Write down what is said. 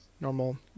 normal